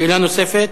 שאלה נוספת?